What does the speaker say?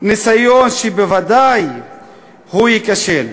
ניסיון שבוודאי ייכשל.